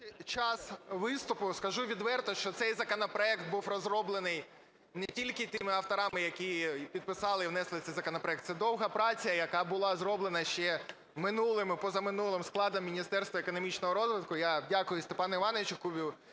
час виступу, скажу відверто, що цей законопроект був розроблений не тільки тими авторами, які підписали і внесли цей законопроект, це довга праця, яка була зроблена ще минулим і позаминулим складом Міністерства економічного розвитку. Я дякую Степану Івановичу Кубіву